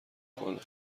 کنه